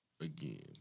again